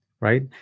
right